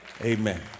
Amen